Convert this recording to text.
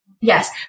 yes